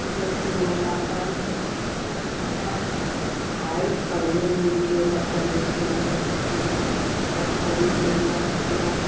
जैसे मोटापा अच्छा तो हाइट बढ़ने में भी योगा करने से मदद होती है और शरीर दुबला पतला